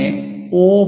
അങ്ങനെ ഒ